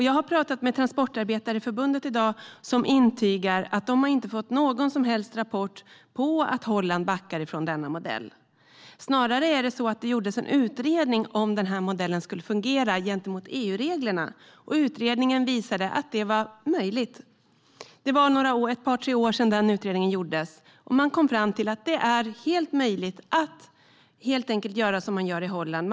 Jag har pratat med Transportarbetareförbundet i dag, och de intygar att de inte har fått någon som helst rapport om att Holland backar från denna modell. Snarare är det så att det gjordes en utredning av om modellen skulle fungera gentemot EU-reglerna - och att utredningen visade att det var möjligt. Det var ett par tre år sedan utredningen gjordes, och utredarna kom fram till att det är helt möjligt att göra som i Holland.